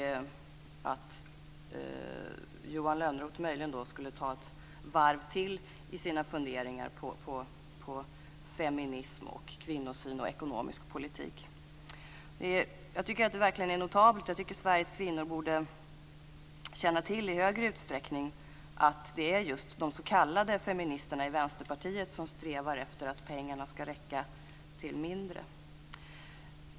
Johan Lönnroth skulle möjligen ta ett varv till i sina funderingar på feminism, kvinnosyn och ekonomisk politik. Detta är verkligen notabelt. Sveriges kvinnor borde i högre grad känna till att det just är de s.k. feministerna i Vänsterpartiet som strävar efter att pengarna ska räcka till mindre.